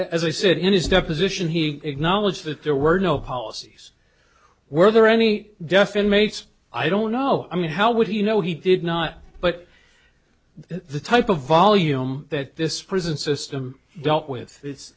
as i said in his deposition he acknowledged that there were no policies were there any definite mates i don't know i mean how would you know he did not but the type of volume that this prison system dealt with